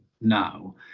now